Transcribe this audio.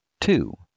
Two